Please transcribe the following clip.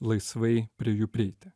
laisvai prie jų prieiti